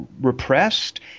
repressed